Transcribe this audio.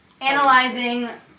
Analyzing